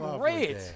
great